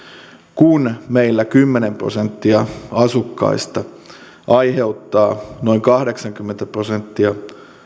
kun meillä kymmenen prosenttia asukkaista aiheuttaa noin kahdeksankymmentä prosenttia